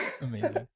Amazing